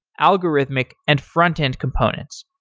algorithmic, and front end components.